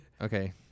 Okay